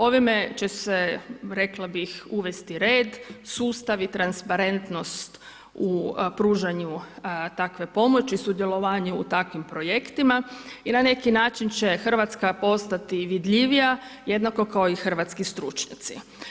Ovime će se rekla bih, uvesti red, sustav i transparentnost u pružanje takve pomoći, sudjelovanje u takvim projektima i na neki način će Hrvatska postati vidljivija jednako kao i hrvatski stručnjaci.